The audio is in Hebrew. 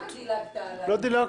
למה דילגת עליי?